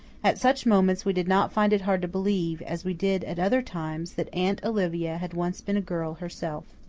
at such moments we did not find it hard to believe as we did at other times that aunt olivia had once been a girl herself.